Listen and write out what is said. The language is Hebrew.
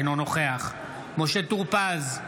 אינו נוכח משה טור פז,